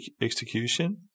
execution